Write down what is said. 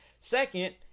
second